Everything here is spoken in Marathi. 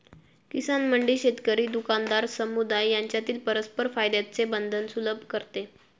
किसान मंडी शेतकरी, दुकानदार, समुदाय यांच्यातील परस्पर फायद्याचे बंधन सुलभ करते